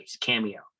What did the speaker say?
cameo